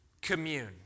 commune